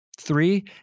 Three